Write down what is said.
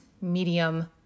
medium